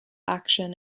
action